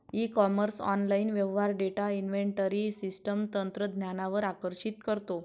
E commerce online व्यवहार data inventory system तंत्रज्ञानावर आकर्षित करतो